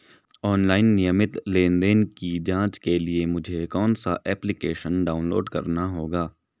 Online नियमित लेनदेन की जांच के लिए मुझे कौनसा एप्लिकेशन डाउनलोड करना होगा?